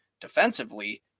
defensively